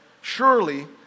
surely